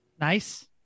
Nice